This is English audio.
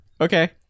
Okay